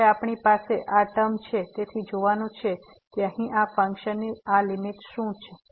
હવે આપણી પાસે આ ટર્મ છે તેથી જોવાનું છે કે અહીં આ ફંક્શનની આ લીમીટ શું છે